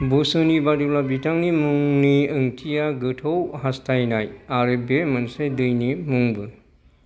बसुनि बादिब्ला बिथांनि मुंनि ओंथिया गोथौ हास्थायनाय आरो बे मोनसे दैनि मुंबो